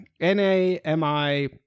N-A-M-I